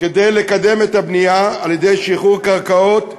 כדי לקדם את הבנייה על-ידי שחרור קרקעות,